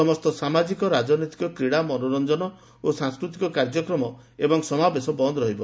ସମସ୍ତ ସାମାଜିକ ରାଜନୈତିକ କ୍ରୀଡ଼ା ମନୋରଞ୍ଞନ ଓ ସାଂସ୍କୃତିକ କାର୍ଯ୍ୟକ୍ରମ ଓ ସମାବେଶ ବନ୍ଦ ରହିବ